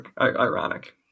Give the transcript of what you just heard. ironic